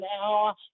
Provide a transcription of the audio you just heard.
now